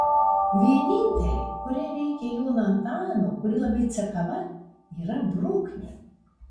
vienintelei kuriai reikia jono antano kuri labai cekava yra bruknė